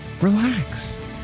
relax